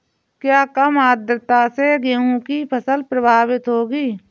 क्या कम आर्द्रता से गेहूँ की फसल प्रभावित होगी?